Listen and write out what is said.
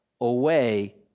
away